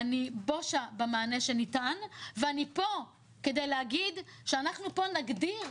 אני בושה במענה שניתן ואני פה כדי להגיד שאנחנו פה נגדיר